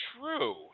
true